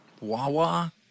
Wawa